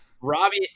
Robbie